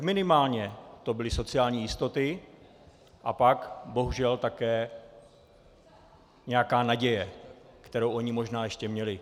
Minimálně to byly sociální jistoty a pak bohužel také nějaká naděje, kterou oni možná ještě měli.